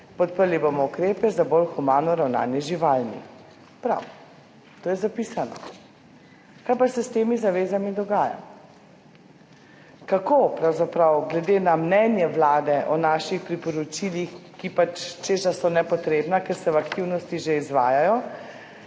Podprli bomo ukrepe za bolj humano ravnanje z živalmi. Prav to je zapisano. Kaj pa se s temi zavezami dogaja? Kako pravzaprav glede na mnenje Vlade o naših priporočilih, ki pač, češ da so nepotrebna, ker se v aktivnosti že izvajajo,